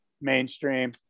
mainstream